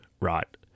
right